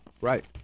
right